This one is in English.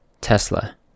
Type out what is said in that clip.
tesla